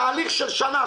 תהליך של שנה,